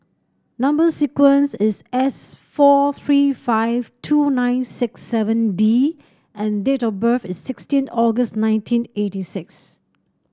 number sequence is S four three five two nine six seven D and date of birth is sixteen August nineteen eighty six